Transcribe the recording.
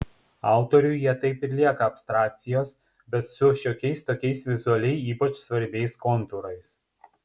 autoriui jie taip ir lieka abstrakcijos bet su šiokiais tokiais vizualiai ypač svarbiais kontūrais